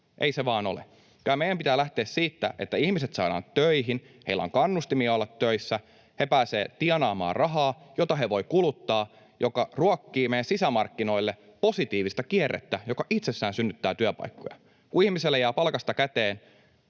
ei se vaan ole. Kyllä meidän pitää lähteä siitä, että ihmiset saadaan töihin, heillä on kannustimia olla töissä, he pääsevät tienaamaan rahaa, jota he voivat kuluttaa, mikä ruokkii meidän sisämarkkinoille positiivista kierrettä, joka itsessään synnyttää työpaikkoja. Kun ihmiselle jää palkasta käteen